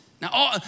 Now